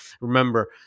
remember